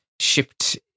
shipped